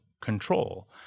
control